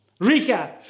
Recap